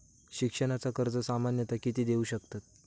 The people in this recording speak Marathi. शिक्षणाचा कर्ज सामन्यता किती देऊ शकतत?